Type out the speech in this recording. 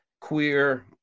queer